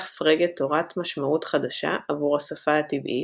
פרגה תורת משמעות חדשה עבור השפה הטבעית,